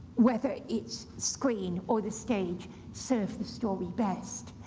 whether it's screen or the stage, serve the story best?